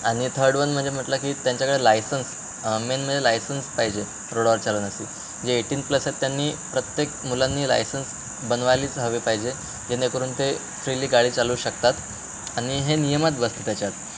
आणि third one म्हणजे म्हटलं की त्यांच्याकडे लायसन्स मेन म्हणजे लायसन्स पाहिजे रोडावर चालवण्याची जे एटीन प्लस आहेत त्यांनी प्रत्येक मुलांनी लायसन्स बनवायलीच हवे पाहिजे जेणेकरून ते फ्रीली गाडी चालवू शकतात आणि हे नियमात बसते त्याच्यात